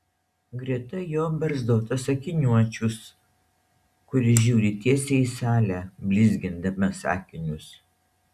greta jo barzdotas akiniuočius kuris žiūri tiesiai į salę blizgindamas akinius